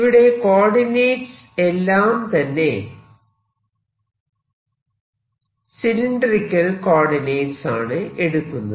ഇവിടെ കോർഡിനേറ്റ്സ് എല്ലാം തന്നെ സിലിണ്ടറിക്കൽ കോർഡിനേറ്റ്സ് ആണ് എടുക്കുന്നത്